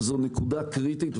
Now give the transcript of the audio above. זאת נקודה קריטית,